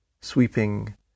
sweeping